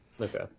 okay